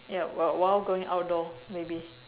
ya well while going outdoor maybe